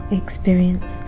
experience